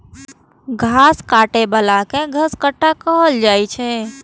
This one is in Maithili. घास काटै बला कें घसकट्टा कहल जाइ छै